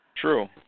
True